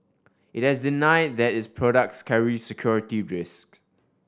it has denied that its products carry security risk